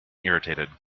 irritated